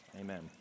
Amen